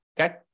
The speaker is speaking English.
Okay